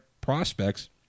prospects